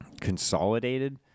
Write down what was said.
consolidated